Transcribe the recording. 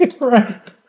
Right